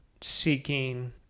seeking